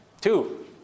Two